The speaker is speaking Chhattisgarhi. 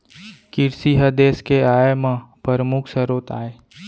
किरसी ह देस के आय म परमुख सरोत आय